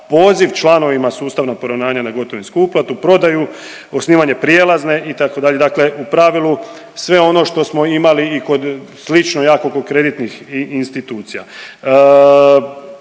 poziv članovima sustava poravnanja na gotovinsku uplatu, prodaju, osnivanje prijelazne itd., dakle u pravilu sve ono što smo imali i kod, slično jako kod kreditnih institucija.